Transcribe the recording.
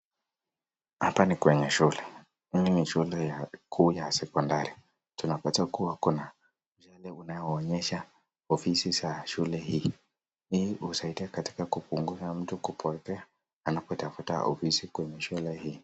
Hapa ni kwenye shule, hii ni shule kuu ya sekondari, tunapata kuwa kuna jalada unaoonyesha ofisi za shule hii, hii husaidia katika kupunguza mtu kupotea anapotafuta ofisi kwenye shule hii.